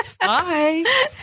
Bye